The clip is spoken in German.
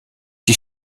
die